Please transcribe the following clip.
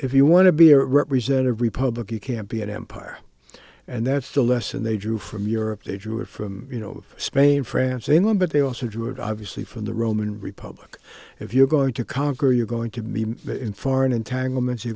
if you want to be a representative republic you can't be an empire and that's the lesson they drew from europe they drew it from you know spain france england but they also do it obviously from the roman republic if you're going to conquer you're going to be in foreign entanglement